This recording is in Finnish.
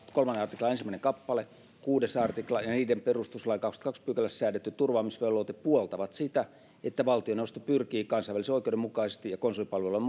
kolmannen artiklan ensimmäinen kappale kuudes artikla ja niiden perustuslain kahdennessakymmenennessätoisessa pykälässä säädetty turvaamisvelvoite puoltavat sitä että valtioneuvosto pyrkii kansainvälisen oikeuden mukaisesti ja konsulipalvelulain